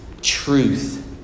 truth